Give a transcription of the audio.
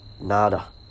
nada